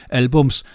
albums